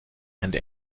and